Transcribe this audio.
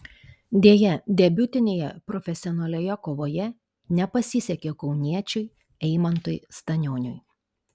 deja debiutinėje profesionalioje kovoje nepasisekė kauniečiui eimantui stanioniui